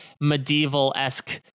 medieval-esque